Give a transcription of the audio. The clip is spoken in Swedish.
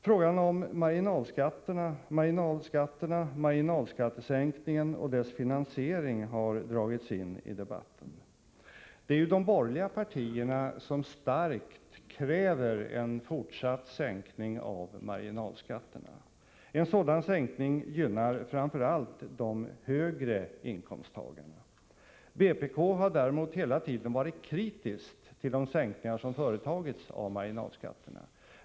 Frågan om marginalskatterna — marginalskattesänkningen och finansieringen av denna — har dragits in i debatten. Det är ju de borgerliga partierna som kräver en fortsatt sänkning av marginalskatterna. Men en sådan sänkning gynnar framför allt de högre inkomsttagarna. Vi i vpk har hela tiden varit kritiska mot de sänkningar av marginalskatterna som redan företagits.